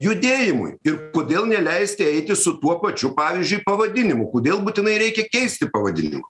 judėjimui ir kodėl neleisti eiti su tuo pačiu pavyzdžiui pavadinimu kodėl būtinai reikia keisti pavadinimą